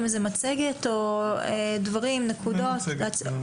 גשן, בבקשה.